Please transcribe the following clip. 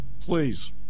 please